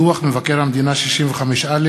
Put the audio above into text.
דוח מבקר המדינה 65א,